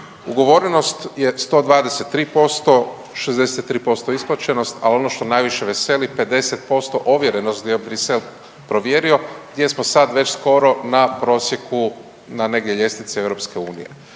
Ugovorenost je 123%, 63% isplaćenost a ono što najviše veseli 50% ovjerenost …/ne razumije se/… provjerio gdje smo sad već skoro na prosjeku na negdje ljestvice